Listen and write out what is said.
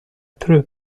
through